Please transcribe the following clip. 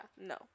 no